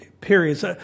periods